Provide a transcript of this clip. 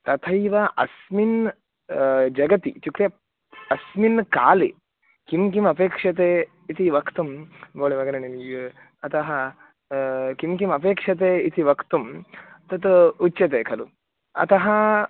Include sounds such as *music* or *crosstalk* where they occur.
तथैव अस्मिन् जगति इत्युक्ते अस्मिन्काले किं किम् अपेक्ष्यते इति वक्तुम् *unintelligible* अतः किं किम् अपेक्ष्यते इति वक्तुं तत् उच्येते खलु अतः